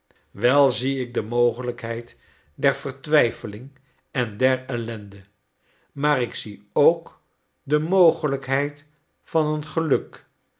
wel zie ik de mogelijkheid der vertwijfeling en der ellende maar ik zie ook de mogelijkheid van een geluk